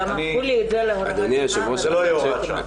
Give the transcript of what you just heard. זה לא יהיה הוראת שעה.